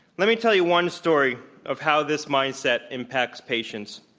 let me tell you one story of how this mindset impacts patients.